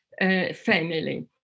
family